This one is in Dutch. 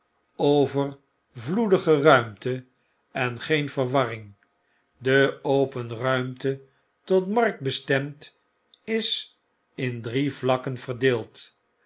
overvloedige ruimte en geen verwarring de open ruimte tot markt bestemd is in dne vakken verdeeld